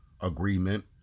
agreement